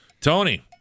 Tony